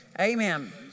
Amen